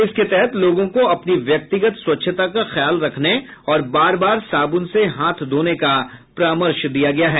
इसके तहत लोगों को अपनी व्यक्तिगत स्वच्छता का ख्याल रखने और बार बार साबुन से हाथ धोने का परामर्श दिया गया है